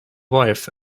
wife